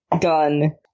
gun